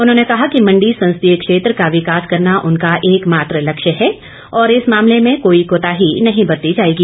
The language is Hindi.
उन्होंने कहा कि मंडी संसदीय क्षेत्र का विकास करना उनका एक मात्र लक्ष्य है और इस मामले में कोई कोताही नहीं बरती जाएगी